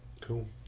Cool